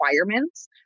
requirements